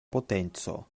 potenco